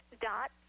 Dot